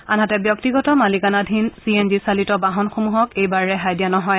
আনহাতে ব্যক্তিগত মালিকানাধীন চি এন জিচালিত বাহনসমূহক এইবাৰ ৰেহাই দিয়া নহয়